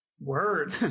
Word